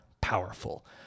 powerful